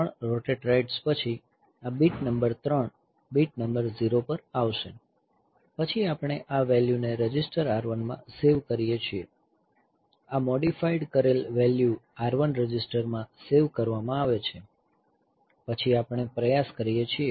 તેથી આ 3 rotate rights પછી આ બીટ નંબર 3 બીટ નંબર 0 પર આવશે પછી આપણે આ વેલ્યુને રજિસ્ટર R1 માં સેવ કરીએ છીએ આ મોડીફાઈડ કરેલ વેલ્યુ R1 રજીસ્ટરમાં સેવ કરવામાં આવે છે પછી આપણે પ્રયાસ કરીએ છીએ